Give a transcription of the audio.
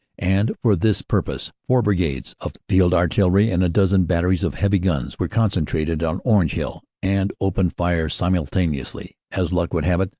and for this purpose four brigades of field artillery and a dozen batteries of heavy guns were concentrated on orange hill and opened fire simultaneously. as luck would have it,